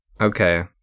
Okay